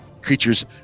creature's